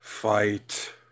Fight